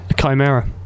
chimera